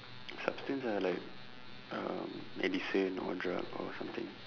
substance ah like um medicine or drug or something